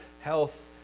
health